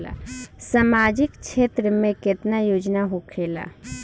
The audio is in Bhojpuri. सामाजिक क्षेत्र में केतना योजना होखेला?